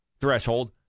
threshold